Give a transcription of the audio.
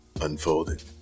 unfolded